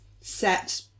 set